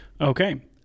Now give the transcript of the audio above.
Okay